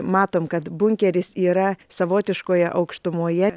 matom kad bunkeris yra savotiškoje aukštumoje